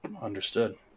Understood